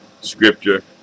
scripture